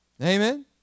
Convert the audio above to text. Amen